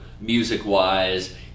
music-wise